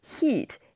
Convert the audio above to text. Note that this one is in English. heat